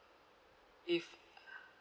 if